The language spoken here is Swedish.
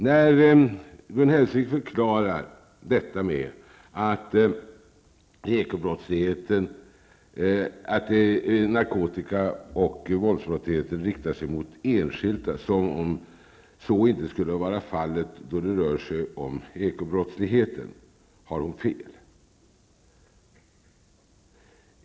När Gun Hellsvik förklarar detta med att narkotika och våldsbrottsligheten riktar sig mot enskilda personer verkar det att så inte skulle vara fallet när det gäller ekobrottsligheten. Där har hon fel.